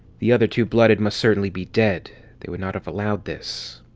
the other two blooded must certainly be dead they would not have allowed this.